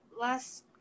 Last